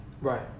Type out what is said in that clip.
Right